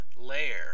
layer